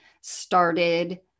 started